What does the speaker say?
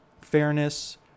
fairness